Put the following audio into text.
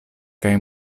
kaj